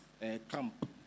camp